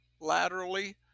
laterally